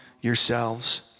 yourselves